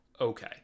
Okay